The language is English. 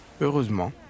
Heureusement